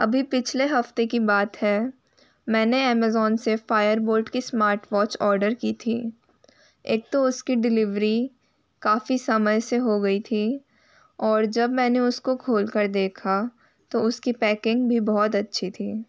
अभी पिछले हफ़्ते की बात है मैंने अमेज़ोन से फायर बोल्ट की स्मार्टवॉच ऑर्डर की थी एक तो उसकी डिलीवरी काफ़ी समय से हो गई थी और जब मैंने उसको खोल कर देखा तो उसकी पैकिंग भी बहुत अच्छी थी